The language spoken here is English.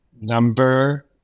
Number